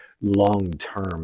long-term